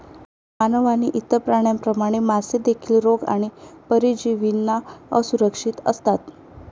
मानव आणि इतर प्राण्यांप्रमाणे, मासे देखील रोग आणि परजीवींना असुरक्षित असतात